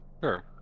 Sure